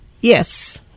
Yes